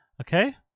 okay